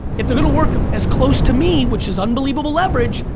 if they're gonna work as close to me, which is unbelievable leverage,